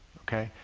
okay.